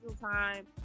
time